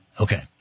okay